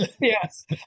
Yes